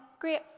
great